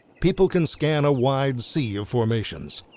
people can scan a wide sea of formations.